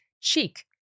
cheek